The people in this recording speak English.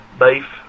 beef